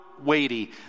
weighty